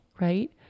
right